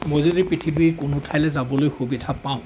মই যদি পৃথিৱীৰ কোনো ঠাইলৈ যাবলৈ যাবলৈ সুবিধা পাওঁ